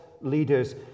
leaders